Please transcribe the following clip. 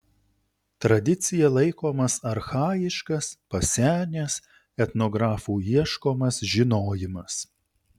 tradicija laikomas archajiškas pasenęs etnografų ieškomas žinojimas